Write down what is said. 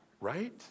right